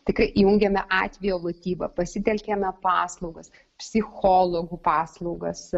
tikrai įjungiame atvejo lotybą pasitelkiame paslaugas psichologų paslaugas